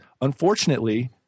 unfortunately